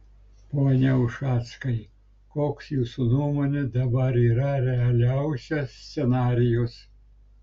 pone ušackai koks jūsų nuomone dabar yra realiausias scenarijus